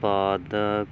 ਉਤਪਾਦਕ